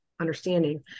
understanding